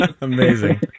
amazing